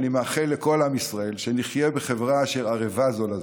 אני מאחל לכל עם ישראל שנחיה בחברה אשר ערבים בה זה לזה,